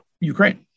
Ukraine